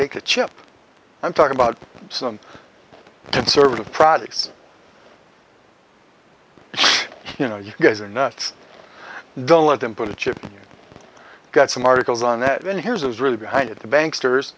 take a chip i'm talking about some conservative products you know you guys are nuts don't let them put a chip got some articles on that and here's was really behind it the bank